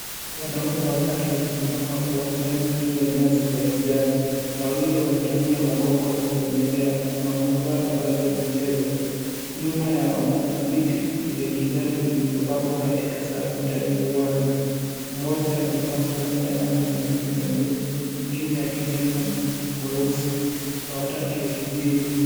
Wanaume watatu wamesimama uwanjani juu ya nyasi za kijani. Wawili wanatumia magongo ya kutembelea, wamevaa mavazi ya michezo. Nyuma yao kuna viti vya kijani ambazo vimepangwa katika safu ndaninya uwanja. Mmoja amevaa fulana yarangi nyekundu na nyeupe, nyingine ya kijani na nyeusi, wa tatu ya kijivu.